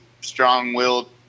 strong-willed